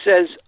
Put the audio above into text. says